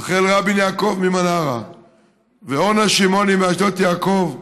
רחל רבין יעקב ממנרה ואורנה שמעוני מאשדות יעקב,